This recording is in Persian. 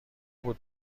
بود